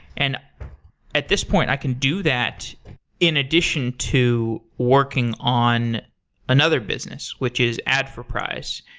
and at this point, i can do that in addition to working on another business, which is adforprize.